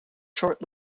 short